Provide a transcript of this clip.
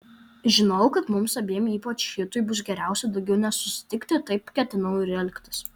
žinojau kad mums abiem ypač hitui bus geriausia daugiau nesusitikti taip ketinau ir elgtis